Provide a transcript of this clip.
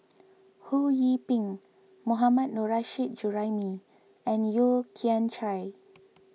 Ho Yee Ping Mohammad Nurrasyid Juraimi and Yeo Kian Chai